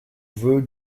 vœu